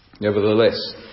Nevertheless